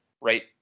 right